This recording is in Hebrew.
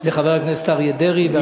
זה חבר הכנסת אריה דרעי.